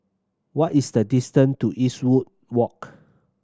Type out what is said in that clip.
what is the distance to Eastwood Walk